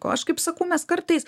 o aš kaip sakau mes kartais